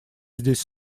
здесь